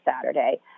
Saturday